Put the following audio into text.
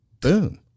boom